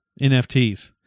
NFTs